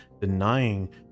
denying